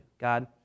God